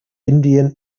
indian